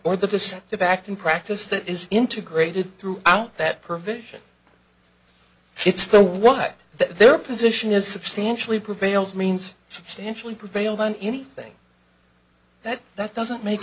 act in practice that is integrated through out that provision it's the what their position is substantially prevails means substantially prevailed on anything that that doesn't make